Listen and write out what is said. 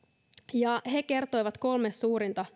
ja he kertoivat kolme suurinta